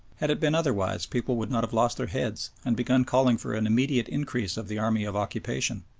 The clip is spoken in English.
had it been otherwise people would not have lost their heads and begun calling for an immediate increase of the army of occupation.